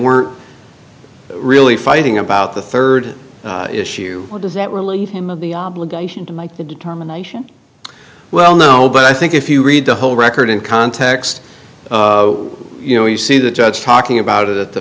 were really fighting about the third issue what does it really him of the obligation to make the determination well no but i think if you read the whole record in context you know you see the judge talking about it at the